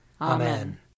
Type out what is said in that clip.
Amen